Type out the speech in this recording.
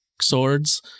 swords